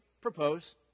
propose